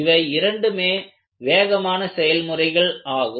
இவை இரண்டுமே வேகமான செயல்முறைகள் ஆகும்